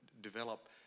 develop